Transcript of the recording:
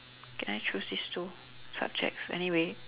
can I choose these two subjects anyway